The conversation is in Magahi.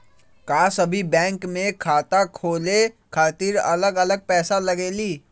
का सभी बैंक में खाता खोले खातीर अलग अलग पैसा लगेलि?